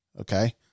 Okay